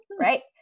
right